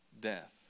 death